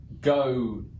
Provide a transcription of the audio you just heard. go